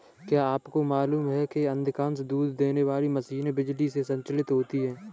क्या आपको मालूम है कि अधिकांश दूध देने वाली मशीनें बिजली से संचालित होती हैं?